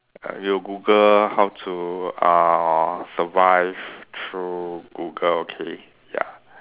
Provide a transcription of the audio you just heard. you Google how to uh survive through Google okay ya